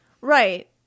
Right